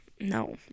no